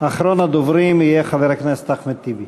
אחרון הדוברים יהיה חבר הכנסת אחמד טיבי.